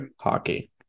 hockey